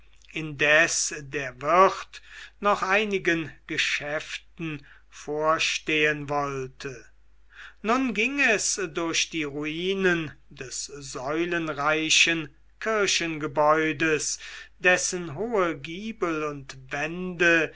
indes der wirt noch einigen geschäften vorstehen wollte nun ging es durch die ruinen des säulenreichen kirchengebäudes dessen hohe giebel und wände